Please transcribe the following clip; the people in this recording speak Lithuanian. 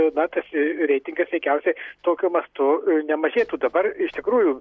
na tas reitingas veikiausiai tokiu mastu nemažėtų dabar iš tikrųjų